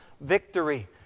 Victory